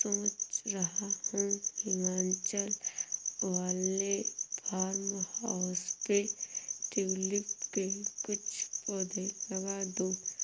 सोच रहा हूं हिमाचल वाले फार्म हाउस पे ट्यूलिप के कुछ पौधे लगा दूं